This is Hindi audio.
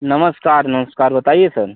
नमस्कार नमस्कार बताइए सर